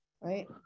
right